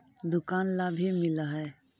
दुकान ला भी मिलहै?